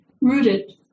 rooted